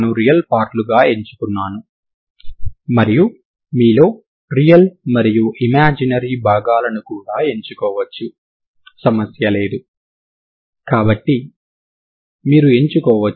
దీని నుండి మీరు ప్రారంభ విలువలు కలిగిన సమస్యకు పరిష్కారం ఒక్కటే అని కనుగొంటారు